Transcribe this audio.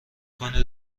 کنید